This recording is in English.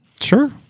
Sure